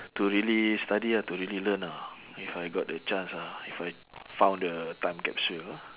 to really study hard to really learn ah if I got the chance ah if I found the time capsule ah